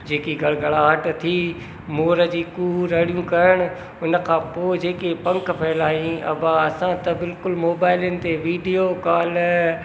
जेकी घड़ घड़ाहट थी मोर जी कूहू रड़ियूं करणु उन खां पोइ जेके पंख फहिलायाईं अबा असां त बिल्कुलु मोबाइलनि ते वीडियो कॉल